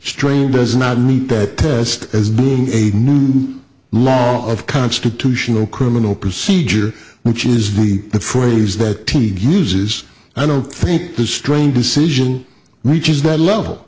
strain does not meet that test as a new law of constitutional criminal procedure which is the phrase that uses i don't think the strong decision reaches that level